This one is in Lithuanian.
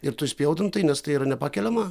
ir tu spjautum nes tai yra nepakeliama